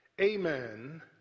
amen